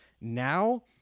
Now